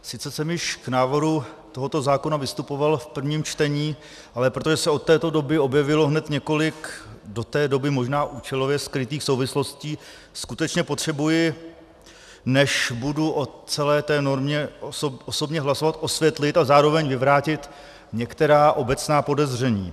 Sice jsem již k návrhu tohoto zákona vystupoval v prvním čtení, ale protože se od té doby objevilo hned několik do té doby možná účelově skrytých souvislostí, skutečně potřebuji, než budu o celé té normě osobně hlasovat, osvětlit a zároveň vyvrátit některá obecná podezření.